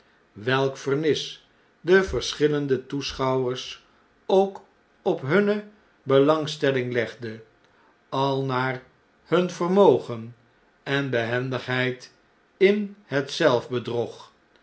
welk vernis de verschillende toeschouwers ook op hunne belangstelling legden al naar hun vermogen en behendigheid in